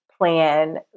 plan